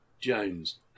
Jones